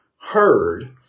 heard